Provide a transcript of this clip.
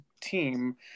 team